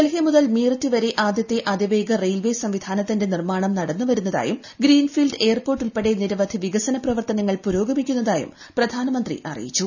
ഡൽഹി മുതൽ മീററ്റ് വരെ ആദ്യത്തെ അതിവേഗ റെയിൽവേ സംവിധാനത്തിന്റെ നിർമ്മാണം നടന്നുവരുന്നതായും ഗ്രീൻഫീൽഡ് എയർപോർട്ട് ഉൾപ്പെടെ നിരവധി വികസന പ്രവർത്തനങ്ങൾ പുരോഗമിക്കുന്നതായും പ്രധാനമന്ത്രി അറിയിച്ചു